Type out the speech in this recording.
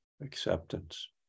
acceptance